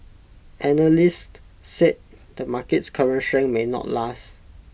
analysts said the market's current strength may not last